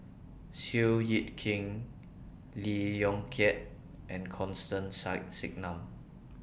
Seow Yit Kin Lee Yong Kiat and Constance Singam